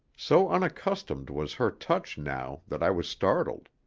so unaccustomed was her touch now that i was startled.